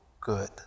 good